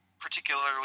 particularly